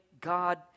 God